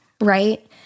Right